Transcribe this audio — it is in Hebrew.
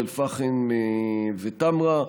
אום אל-פחם וטמרה.